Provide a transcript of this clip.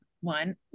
one